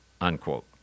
unquote